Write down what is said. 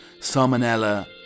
Salmonella